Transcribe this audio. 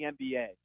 NBA